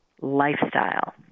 lifestyle